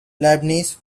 lebanese